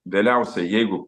vėliausiai jeigu